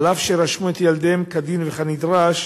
אף שרשמו את ילדיהם כדין וכנדרש,